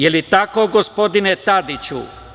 Da li je tako, gospodine Tadiću?